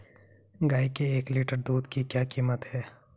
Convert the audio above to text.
गाय के एक लीटर दूध की क्या कीमत है?